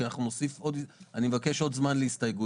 כי אני אבקש עוד זמן להסתייגויות,